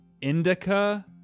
Indica